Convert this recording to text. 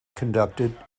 conducted